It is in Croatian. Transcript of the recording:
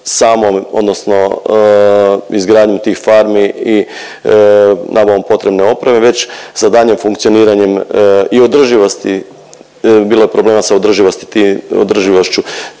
odnosno izgradnjom tih farmi i nabavom potrebne opreme već za daljnjim funkcioniranjem i održivosti, bilo je problema sa održivosti ti… održivošću